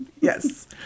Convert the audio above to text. Yes